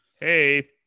Hey